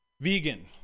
vegan